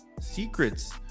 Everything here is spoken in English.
secrets